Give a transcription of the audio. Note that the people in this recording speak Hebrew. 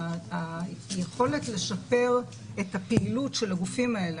והיכולת לשפר את הפעילות של הגופים האלה